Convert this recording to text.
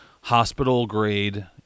hospital-grade